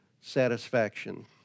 satisfaction